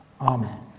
Amen